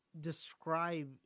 describe